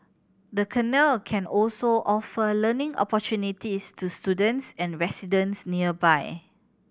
the canal can also offer learning opportunities to students and residents nearby